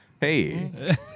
hey